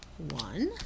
One